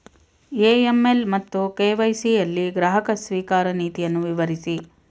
AML ಮತ್ತು KYC ಯಲ್ಲಿ ಗ್ರಾಹಕ ಸ್ವೀಕಾರ ನೀತಿಯನ್ನು ವಿವರಿಸಿ?